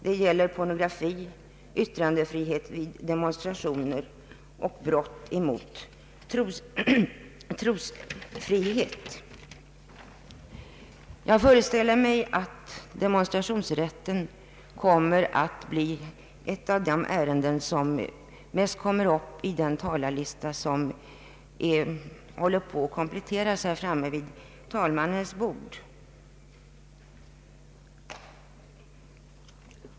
Det gäller pornografi, yttrandefrihet vid demonstrationer och brott mot trosfrid. Jag föreställer mig att demonstrationsrätten är ett av de ärenden som blir mest diskuterat av den rad talare som man håller på att komplettera här framme vid talmannens bord.